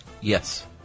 Yes